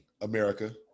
America